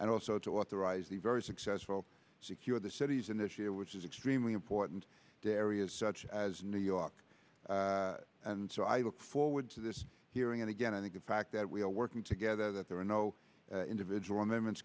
and also to authorize the very successful secure the cities initiative which is extremely important areas such as new york and so i look forward to this hearing and again i think the fact that we are working together that there are no individual amendments